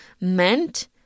meant